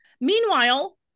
Meanwhile